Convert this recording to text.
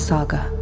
Saga